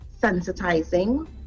sensitizing